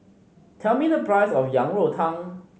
tell me the price of Yang Rou Tang